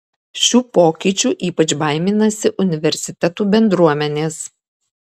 šių pokyčių ypač baiminasi universitetų bendruomenės